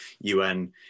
UN